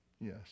yes